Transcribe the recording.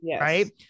right